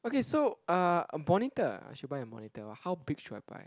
okay so uh a monitor I should buy a monitor how big should I buy ah